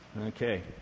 Okay